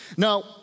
Now